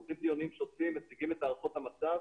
אנחנו עושים דיונים שוטפים, מציגים את הערכות המצב